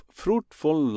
fruitful